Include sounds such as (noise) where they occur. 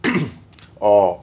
(noise) orh